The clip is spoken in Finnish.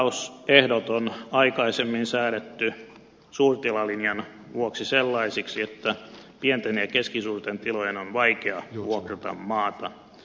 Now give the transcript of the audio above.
vuokrausehdot on aikaisemmin säädetty suurtilalinjan vuoksi sellaisiksi että pienten ja keskisuurten tilojen on vaikea vuokrata maata